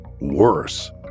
Worse